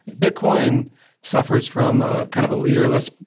bitcoin suffers from ah kind of a leaderless,